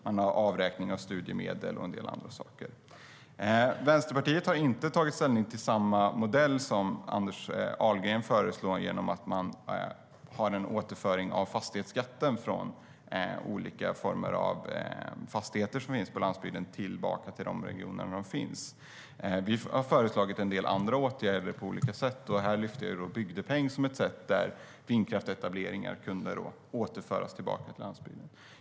Man har avräkning av studiemedel och en del andra saker. STYLEREF Kantrubrik \* MERGEFORMAT Regional tillväxtpolitikVi har föreslagit en del åtgärder på olika sätt. Här lyfter jag fram bygdepeng som ett sätt där inkomster från vindkraftsetableringar kunde återföras tillbaka till landsbygden.